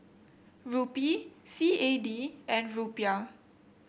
Rupee C A D and Rupiah